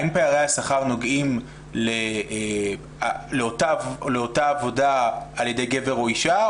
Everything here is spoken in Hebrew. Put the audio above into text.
האם פערי השכר נוגעים לאותה עבודה על ידי גבר או אישה,